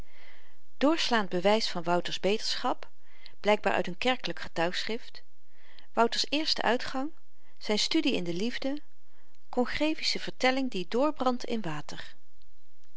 doorslaand bewys van wouter's beterschap blykbaar uit n kerkelyk getuigschrift wouters eerste uitgang zyn studie in de liefde kongrevische vertelling die drbrandt in water